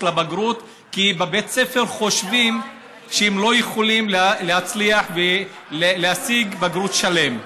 לבגרות כי בבתי הספר חושבים שהם לא יכולים להצליח ולהשיג בגרות שלמה.